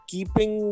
Keeping